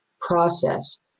process